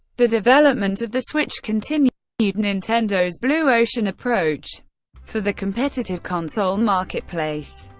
the development of the switch continued yeah nintendo's blue ocean approach for the competitive console marketplace.